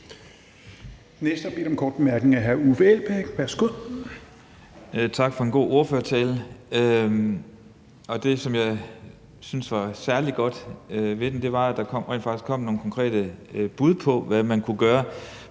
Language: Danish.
Værsgo. Kl. 16:14 Uffe Elbæk (UFG): Tak for en god ordførertale. Det, som jeg syntes var særlig godt ved den, var, at der rent faktisk kom nogle konkrete bud på, hvad man kunne gøre